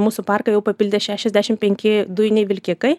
mūsų parką jau papildė šešiasdešim penki dujiniai vilkikai